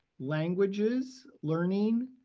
languages, learning,